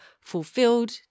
fulfilled